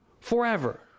forever